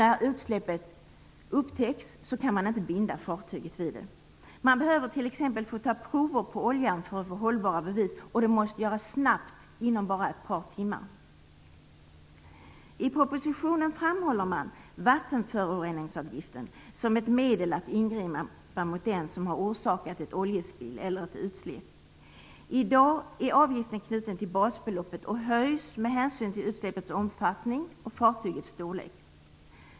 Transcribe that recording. När utsläppet upptäcks kan man inte binda fartyget vid det. Man behöver t.ex. få möjlighet att ta prover på oljan för att få hållbara bevis, och det måste göras snabbt - inom bara ett par timmar. I propositionen framhåller man vattenföroreningsavgiften som ett medel att ingripa mot den som har orsakat ett oljespill eller utsläpp. I dag är avgiften knuten till basbeloppet och höjs med hänsyn till utsläppets omfattning och fartygets storlek.